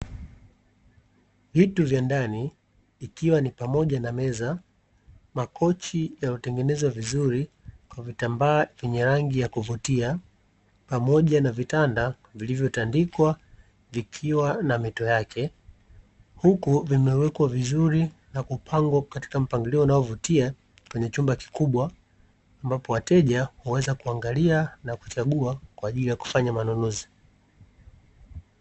Vitu vya ndani ikiwa ni pamoja na meza, makochi yaliyotengenezwa vizuri kwa vitambaa vyenye rangi ya kuvutia pamoja na vitanda vilivyotandikwa vikiwa na mito yake huku vimewekwa vizuri na kupangwa katika mpangilio unaovutia kwenye chumba kikubwa ambapo wateja huweza kuangalia na kuchagua kwa ajili ya kufanya manunuzi .